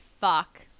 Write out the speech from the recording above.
Fuck